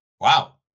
Wow